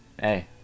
hey